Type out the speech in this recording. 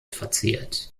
verziert